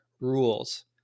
rules